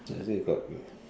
that's why I say got